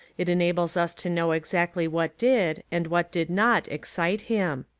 it enables us to know exactly what did, and what did not, excite him.